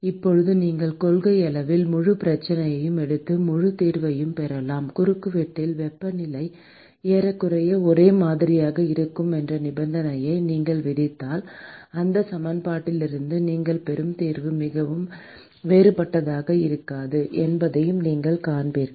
இப்போது நீங்கள் கொள்கையளவில் முழு பிரச்சனையையும் எடுத்து முழு தீர்வையும் பெறலாம் குறுக்குவெட்டில் வெப்பநிலை ஏறக்குறைய ஒரே மாதிரியாக இருக்கும் என்ற நிபந்தனையை நீங்கள் விதித்தால் இந்த சமன்பாட்டிலிருந்து நீங்கள் பெறும் தீர்வு மிகவும் வேறுபட்டதாக இருக்காது என்பதை நீங்கள் காண்பீர்கள்